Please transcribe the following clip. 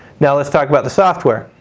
now let's talk about the software.